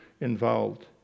involved